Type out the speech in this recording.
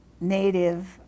native